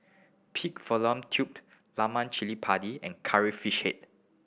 Pig Fallopian Tubes Lemak Cili Padi and Curry Fish Head